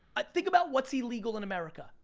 ah think about what's illegal in america,